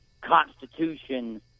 Constitution